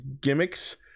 gimmicks